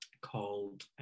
called